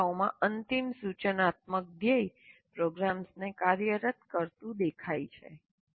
ઘણી સંસ્થાઓમાં અંતિમ સૂચનાત્મક ધ્યેય પ્રોગ્રામ્સને કાર્યરત કરતું દેખાય છે